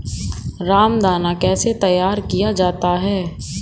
रामदाना कैसे तैयार किया जाता है?